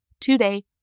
today